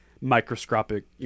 microscopic